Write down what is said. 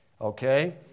Okay